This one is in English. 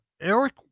Eric